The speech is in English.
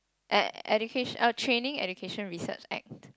e~ edu~ oh training education research act